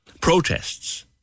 protests